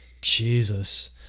Jesus